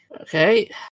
Okay